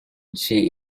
she